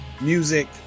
music